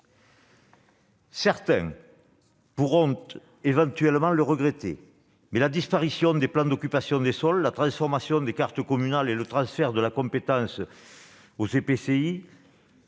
Certains pourront éventuellement le regretter, mais la disparition des POS, la transformation des cartes communales et le transfert de la compétence aux